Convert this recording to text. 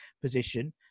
position